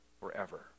forever